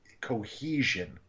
cohesion